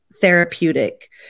therapeutic